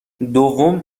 دوم